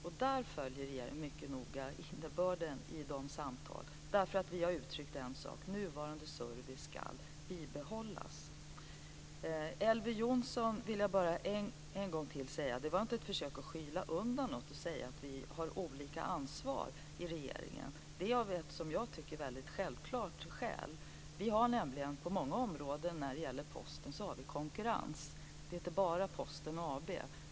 Regeringen följer mycket noga innebörden i dessa samtal därför att vi har uttryckt en sak, att nuvarande service ska bibehållas. Till Elver Jonsson vill jag en gång till säga att det inte är något försök att skyla över något att säga att vi har olika ansvar i regeringen. Det har vi av ett, som jag tycker, väldigt självklart skäl. På många områden när det gäller Postens verksamhet har vi nämligen konkurrens. Vi har inte bara Posten AB.